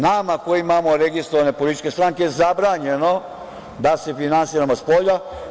Nama koji imamo registrovane političke stranke zabranjeno je da se finansiramo spolja.